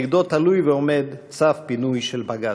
שנגדו תלוי ועומד צו פינוי של בג"ץ.